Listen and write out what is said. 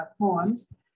poems